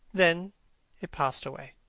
then it passed away.